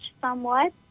somewhat